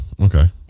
okay